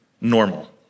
normal